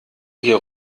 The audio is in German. hier